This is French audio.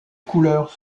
couleurs